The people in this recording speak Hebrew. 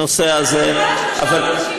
הנושא הזה, פי שלושה בכל שלושת החודשים האחרונים.